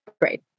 great